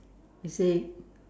you see